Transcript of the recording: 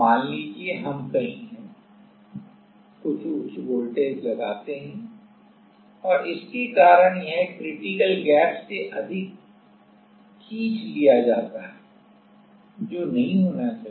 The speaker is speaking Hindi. मान लीजिए हम कहीं हैं कुछ उच्च वोल्टेज लगाते हैं और इसके कारण यह क्रिटिकल गैप से अधिक खींच लिया जाता है जो नहीं होना चाहिए